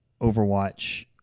Overwatch